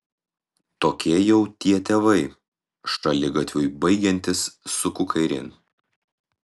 tokie jau tie tėvai šaligatviui baigiantis suku kairėn